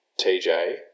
TJ